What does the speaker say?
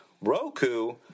Roku